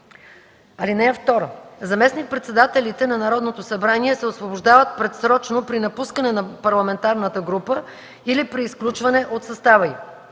(2) Заместник-председателите на Народното събрание се освобождават предсрочно при напускане на парламентарната група или при изключване от състава й.